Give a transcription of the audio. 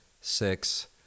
six